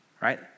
Right